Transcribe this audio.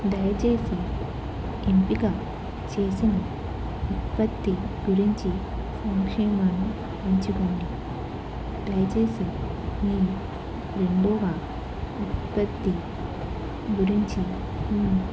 దయచేసి ఎంపిక చేసిన ఉత్పత్తి గురించి సంక్షేమాన్ని ఎంచుకోండి దయచేసి నేను రెండవ ఉత్పత్తి గురించి